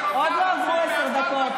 יש כאלה שלא צריך לשמוע אותם,